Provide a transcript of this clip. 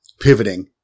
pivoting